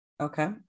Okay